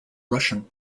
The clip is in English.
russian